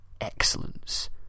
excellence